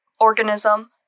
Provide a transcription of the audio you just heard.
organism